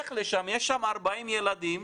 לך לשם, יש שם 40 ילדים,